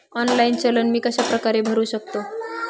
Online challan मी कशाप्रकारे भरु शकतो?